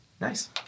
Nice